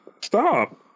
Stop